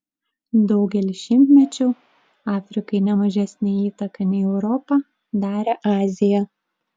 daugelį šimtmečių afrikai ne mažesnę įtaką nei europa darė azija